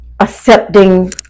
accepting